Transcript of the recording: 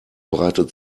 breitet